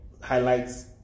highlights